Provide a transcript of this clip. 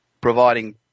providing